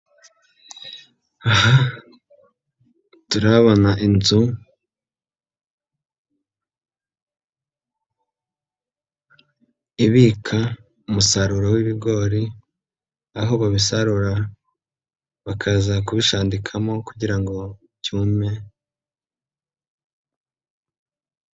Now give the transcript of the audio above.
Aha turabona inzu, ibika umusaruro wibigori, aho babisarura bakaza kubishanandikamo, kugira ngo byume...